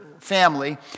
family